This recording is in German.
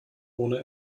ohne